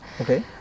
okay